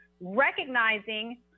recognizing